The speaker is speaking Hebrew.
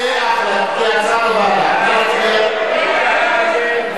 כהצעת הוועדה.